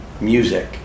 music